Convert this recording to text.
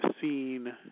seen